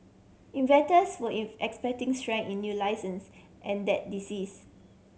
were if expecting strength in new licences and that disease